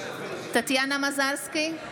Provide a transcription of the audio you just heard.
טטיאנה מזרסקי,